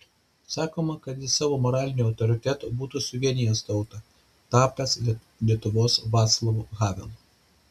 sakoma kad jis savo moraliniu autoritetu būtų suvienijęs tautą tapęs lietuvos vaclavu havelu